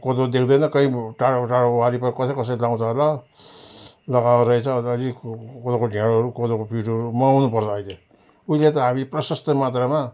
कोदो देख्दैन कहीँ टाडो टोडो वारि कसै कसैले लगाउँछ होला लगाएको रहेछ अन्तखेरि को कोदोको ढिँडोहरू कोदोको पिठोहरू मगाउनु पर्ला अहिले उहिले त हामी प्रशस्तै मात्रामा